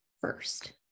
first